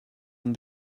and